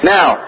Now